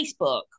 Facebook